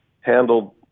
handled